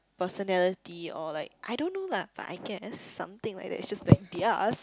personality or like I don't know lah but I guess something like that it's just that theirs